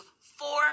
four